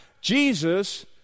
Jesus